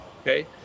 okay